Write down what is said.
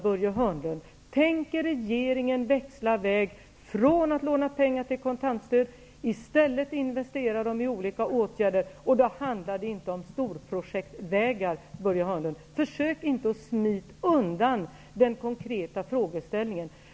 Börje Hörnlund, tänker regeringen växla väg från att låna pengar till kontantstöd och i stället investera dem i olika åtgärder. Det handar då inte om storprojektvägar, Börje Hörnlund. Försök inte att smita undan den konkreta frågeställningen.